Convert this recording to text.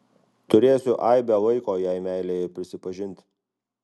turėsiu aibę laiko jai meilėje prisipažinti